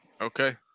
Okay